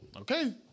Okay